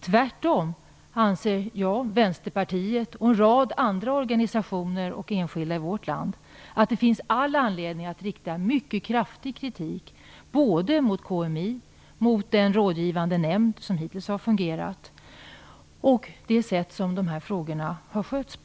Tvärtom anser jag och Vänsterpartiet i likhet med en rad organisationer och enskilda i vårt land att det finns all anledning att rikta mycket kraftig kritik mot KMI, mot den rådgivande nämnd som hittills har fungerat och mot det sätt på vilket de här frågorna har skötts.